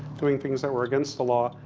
doing things that were against the law.